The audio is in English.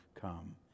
come